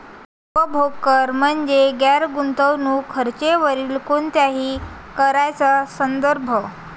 उपभोग कर म्हणजे गैर गुंतवणूक खर्चावरील कोणत्याही कराचा संदर्भ